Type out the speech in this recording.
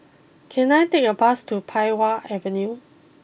can I take a bus to Pei Wah Avenue